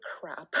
crap